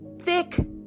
thick